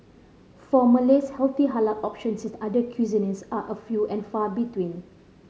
for Malays healthy halal options in other cuisines are a few and far between